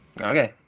Okay